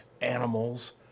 animals